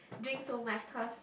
drink so much cause